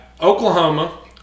Oklahoma